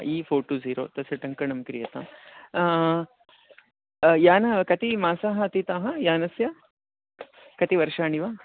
E four two zero तस्य टङ्कणं क्रियतां यानं कति मासाः अतीताः यानस्य कति वर्षाणि वा